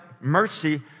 mercy